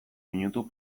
minutu